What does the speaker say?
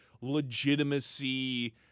legitimacy